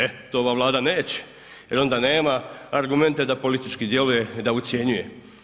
E, to ova Vlada neće jer onda nema argumente da politički djeluje, da ucjenjuje.